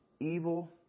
evil